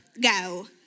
go